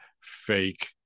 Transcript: fake